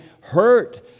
hurt